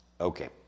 Okay